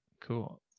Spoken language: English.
Cool